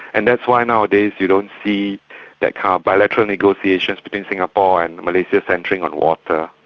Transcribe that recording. and that's why nowadays you don't see that kind bilateral negotiations between singapore and malaysia centring on water.